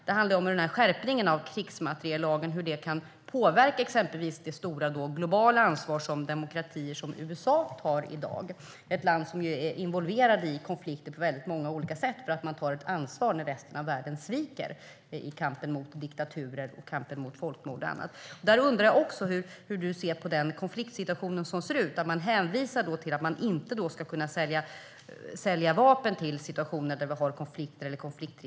Det handlar om att skärpningen av krigsmateriellagen kan påverka exempelvis det stora globala ansvar som demokratier som USA tar i dag. Det är ett land som är involverat i konflikter på väldigt många olika sätt därför att det tar ett ansvar när resten av världen sviker i kampen mot diktaturer, folkmord och annat. Där undrar jag hur du ser på konfliktsituationen. Man hänvisar till att man inte ska kunna sälja vapen i situationer där vi har konflikter eller konfliktrisker.